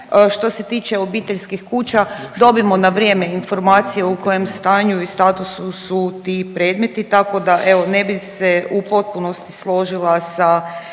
što se tiče obiteljskih kuća dobimo na vrijeme informacije u kojem stanju i statusu su ti predmeti tako da evo ne bih se u potpunosti složila sa,